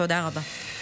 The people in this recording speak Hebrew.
תודה רבה.